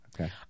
okay